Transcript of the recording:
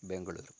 Bengaluru